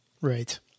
right